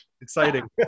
Exciting